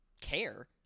care